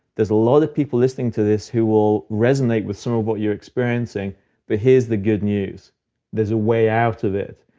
there's a lot of people listening to this who will resonate with some of what you're experiencing but here's the good news there's a way out of it.